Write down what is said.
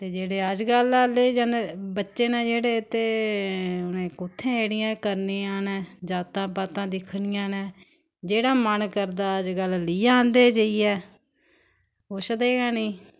ते जेह्ड़े अजकल आहले बच्चे न जेह्ड़े ते उ'नें कु'त्थें एह्कड़ियां करनियां ना जातां पातां दिक्खनियां न जेह्ड़ा मन करदा अज्जकल लेई आंदे जेइयै पुच्छदे गै नेईं